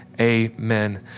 amen